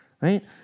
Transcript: right